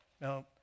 Now